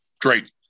Great